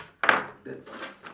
the